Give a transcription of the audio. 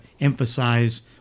emphasize